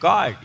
God